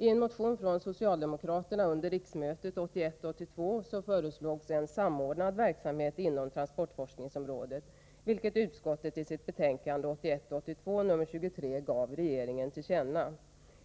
I en motion från socialdemokraterna under riksmötet 1981 82:23 gav regeringen till känna.